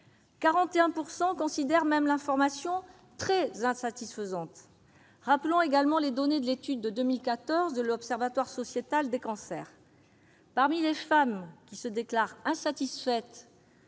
41 % considèrent même l'information très insatisfaisante. Rappelons également les données de l'étude de 2014 de l'Observatoire sociétal des cancers : parmi les femmes qui se déclarent insatisfaites